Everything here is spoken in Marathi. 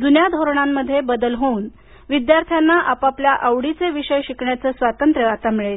जुन्या धोरणामध्ये बदल होऊन विद्यार्थ्यांना आपापल्या आवडीचे विषय शिकण्याचं स्वातंत्र्य आता मिळेल